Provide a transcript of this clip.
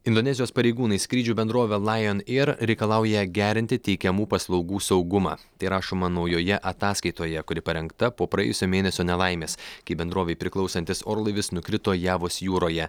indonezijos pareigūnai skrydžių bendrovę lajon eir reikalauja gerinti teikiamų paslaugų saugumą tai rašoma naujoje ataskaitoje kuri parengta po praėjusio mėnesio nelaimės kai bendrovei priklausantis orlaivis nukrito javos jūroje